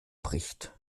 bricht